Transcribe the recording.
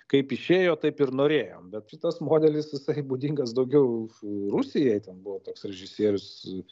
kaip išėjo taip ir norėjom bet šitas modelis jisai būdingas daugiau rusijai ten buvo toks režisierius